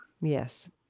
Yes